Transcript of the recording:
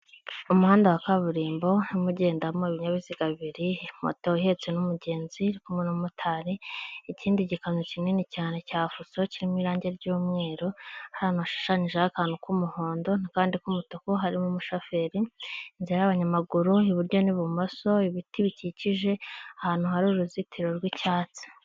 Umuhanda wa kaburimbo, urimo ugendamo ibinyabiziga bibiri, moto ihetse n'umugenzi iri kumwe n'umumotari, ikindi gikamyo kinini cyane cya fuso, kiri mu irangi ry'umweru, hari ahantu hashushanyijeho akantu k'umuhondo n'akandi k'umutuku, harimo umushoferi, inzira y'abanyamaguru iburyo n'ibumoso, ibiti bikikije ahantu hari uruzitiro rw'icyatsi.